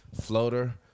floater